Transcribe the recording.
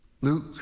Luke